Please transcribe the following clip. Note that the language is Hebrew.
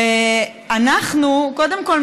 ואנחנו קודם כול,